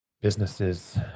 businesses